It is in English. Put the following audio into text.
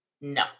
No